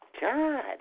God